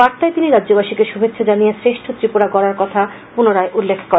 বার্তায় তিনি রাজ্যবাসীকে শুভেচছা জানিয়ে শ্রেষ্ঠ ত্রিপুরা গড়ার কথা পুণরায় উল্লেখ করেন